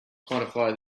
quantify